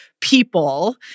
people